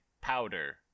powder